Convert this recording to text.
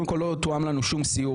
לא תואם לנו שום סיור,